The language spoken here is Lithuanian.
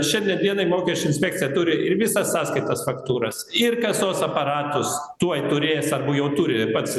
šiandien dienai mokesčių inspekcija turi ir visas sąskaitas faktūras ir kasos aparatus tuoj turės arba jau turi pats